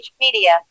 Media